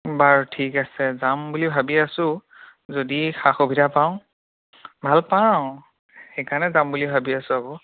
বাৰু ঠিক আছে যাম বুলি ভাবি আছোঁ যদি সা সুবিধা পাওঁ ভাল পাওঁ সেইকাৰণে যাম বুলি ভাবি আছোঁ আক'